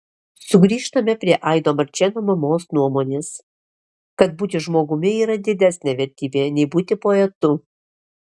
sugrįžtame prie aido marčėno mamos nuomonės kad būti žmogumi yra didesnė vertybė nei būti poetu